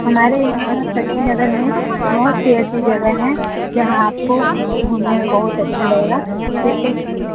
हमारे यहाँ शक्तिनगर में बहुत सी ऐसी जगह है जहाँ आपको घूमने में बहुत अच्छा लगेगा जैसे की